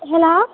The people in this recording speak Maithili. हैलो